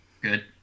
Good